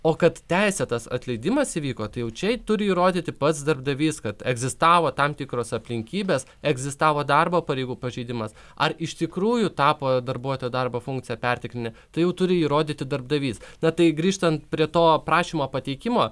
o kad teisėtas atleidimas įvyko tai jau čia turi įrodyti pats darbdavys kad egzistavo tam tikros aplinkybės egzistavo darbo pareigų pažeidimas ar iš tikrųjų tapo darbuotojo darbo funkcija perteklinė tai jau turi įrodyti darbdavys na tai grįžtant prie to prašymo pateikimo